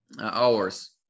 hours